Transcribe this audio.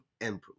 improve